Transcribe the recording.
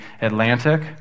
Atlantic